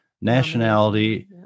nationality